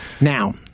Now